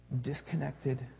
disconnected